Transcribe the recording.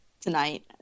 tonight